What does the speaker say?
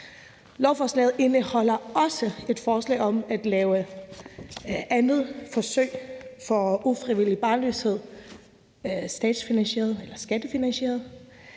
Lovforslaget indeholder også et forslag om at lave andet forsøg for ufrivillig barnløshed statsfinansieret eller skattefinansieret.